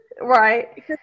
right